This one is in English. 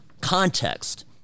context